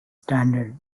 standard